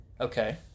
Okay